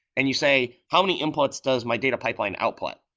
and you say how many inputs does my data pipeline output?